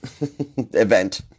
event